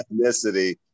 ethnicity